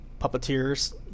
puppeteers